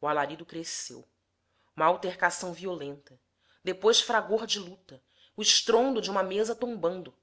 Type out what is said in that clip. o alarido cresceu uma altercação violenta depois fragor de luta o estrondo de uma mesa tombando